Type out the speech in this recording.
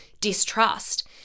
distrust